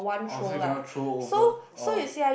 orh so you cannot throw over orh